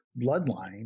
bloodline